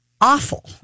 Awful